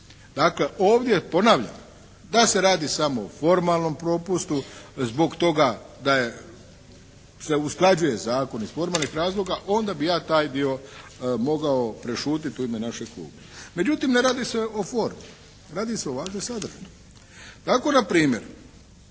Dakle, ovdje ponavljam, da se radi samo o formalnom propustu. Zbog toga da se usklađuje zakon iz formalnih razloga, onda bi ja taj dio mogao prešutjeti u ime našeg kluba. Međutim, ne radi se o formi. Radi se o važnom sadržaju. Tako npr.